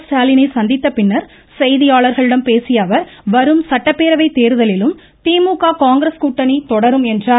ஸ்டாலினை சந்தித்த பின்னா் செய்தியாளர்களிடம் பேசிய அவர் வரும் சட்டப்பேரவைத் தேர்தலிலும் திமுக காங்கிரஸ் கூட்டணி தொடரும் என்றார்